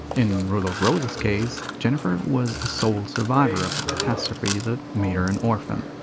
in rule of rose's case jennifer was the sole survivor of the catastrophe that made her an orphan,